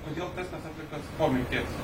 kodėl testas atliktas po mirties